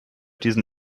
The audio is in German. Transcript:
diesen